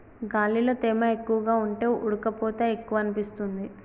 గాలిలో తేమ ఎక్కువగా ఉంటే ఉడుకపోత ఎక్కువనిపిస్తుంది